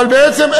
אבל בעצם,